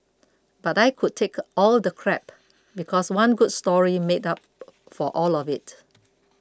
but I could take all the crap because one good story made up for all of it